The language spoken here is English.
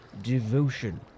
devotion